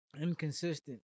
inconsistent